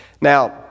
Now